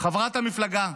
חברת המפלגה,